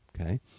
okay